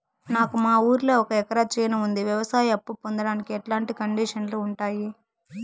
నాకు మా ఊరిలో ఒక ఎకరా చేను ఉంది, వ్యవసాయ అప్ఫు పొందడానికి ఎట్లాంటి కండిషన్లు ఉంటాయి?